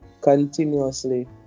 continuously